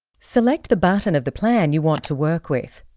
select the button of the plan you want to work with.